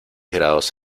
grados